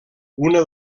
una